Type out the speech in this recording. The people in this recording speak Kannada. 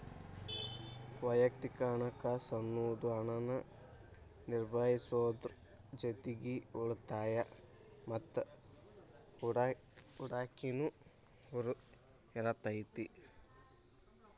ವಯಕ್ತಿಕ ಹಣಕಾಸ್ ಅನ್ನುದು ಹಣನ ನಿರ್ವಹಿಸೋದ್ರ್ ಜೊತಿಗಿ ಉಳಿತಾಯ ಮತ್ತ ಹೂಡಕಿನು ಇರತೈತಿ